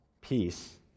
peace